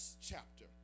chapter